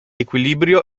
equilibrio